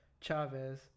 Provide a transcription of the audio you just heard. Chavez